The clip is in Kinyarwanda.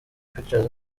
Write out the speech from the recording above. pictures